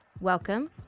Welcome